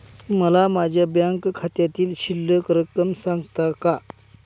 मला माझ्या बँक खात्यातील शिल्लक रक्कम सांगता का?